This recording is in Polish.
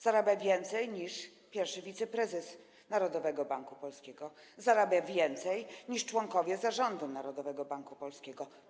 Zarabia więcej niż pierwszy wiceprezes Narodowego Banku Polskiego, zarabia więcej niż członkowie Zarządu Narodowego Banku Polskiego.